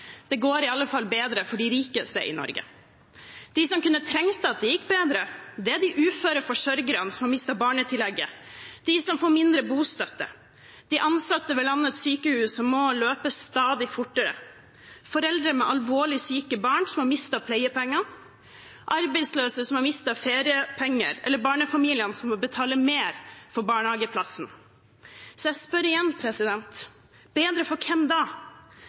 Det går iallfall bedre for de rikeste i Norge. De som kunne ha trengt at det gikk bedre, er de uføre forsørgerne som har mistet barnetillegget, dem som får mindre bostøtte, de ansatte ved landets sykehus som må løpe stadig fortere, foreldre med alvorlig syke barn som har mistet pleiepenger, arbeidsløse som har mistet feriepenger, eller barnefamiliene som må betale mer for barnehageplassen. Så jeg spør igjen: bedre for hvem da?